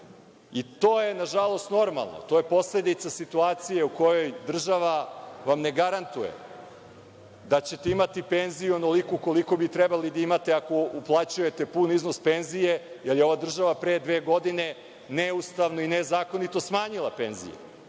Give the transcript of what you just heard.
I to je, nažalost, normalno, to je posledica situacije u kojoj država vam ne garantuje da ćete imati penziju onoliku koliko bi trebali da imate ako uplaćujete pun iznos penzije, jer je ova država pre dve godine neustavno i nezakonito smanjila penzije